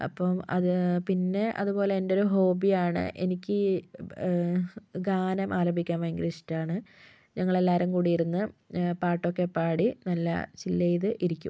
അപ്പോൾ അത് പിന്നെ അതുപോലെ എൻ്റെ ഒരു ഹോബിയാണ് എനിക്ക് ഗാനം ആലപിക്കാൻ ഭയങ്കര ഇഷ്ടമാണ് ഞങ്ങൾ എല്ലാവരും കൂടി ഇരുന്ന് പാട്ട് ഒക്കെ പാടി നല്ല ചില്ല് ചെയ്ത് ഇരിക്കും